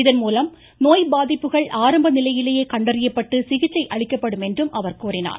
இதன்மூலம் நோய் பாதிப்புகள் ஆரம்ப நிலையிலேயே கண்டறியப்பட்டு சிகிச்சை அளிக்கப்படும் என்றும் முதலமைச்சர் கூறினார்